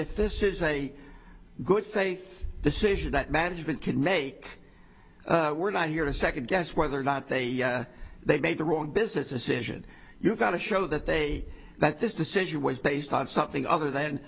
if this is a good faith decision that management can make we're not here to second guess whether or not they they made the wrong business decision you've got to show that they that this decision was based on something other than